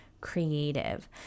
creative